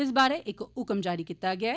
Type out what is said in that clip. इस बारै इक हुक्म जारी कीता गेआ ऐ